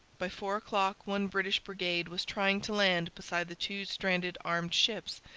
by four o'clock one british brigade was trying to land beside the two stranded armed ships,